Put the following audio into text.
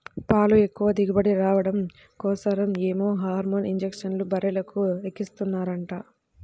పాలు ఎక్కువ దిగుబడి రాడం కోసరం ఏవో హార్మోన్ ఇంజక్షన్లు బర్రెలకు ఎక్కిస్తన్నారంట